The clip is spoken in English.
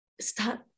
start